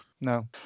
No